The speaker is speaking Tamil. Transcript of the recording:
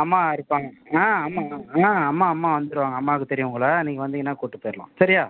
அம்மா இருப்பாங்க ஆ அம்மா ஆ அம்மா அம்மா வந்துடுவாங்க அம்மாவுக்கு தெரியும் உங்களை நீங்கள் வந்தீங்கன்னால் கூட்டி போய்டலாம் சரியா